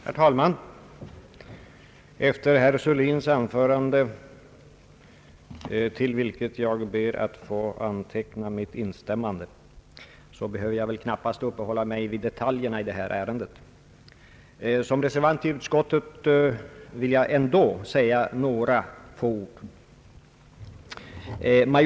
Herr talman! Efter herr Sörlins anförande — till vilket jag ber att få anteckna mitt instämmande — behöver jag knappast uppehålla mig vid detaljerna i detta ärende. Såsom reservant i utskottet vill jag ändå säga några få ord.